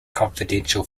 confidential